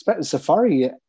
Safari